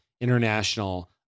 international